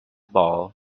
ball